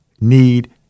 need